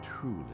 truly